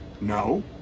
No